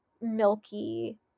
milky